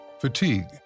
fatigue